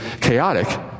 chaotic